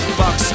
box